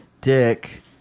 dick